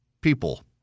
people